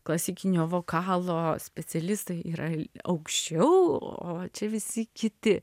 klasikinio vokalo specialistai yra aukščiau o čia visi kiti